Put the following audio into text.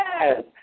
Yes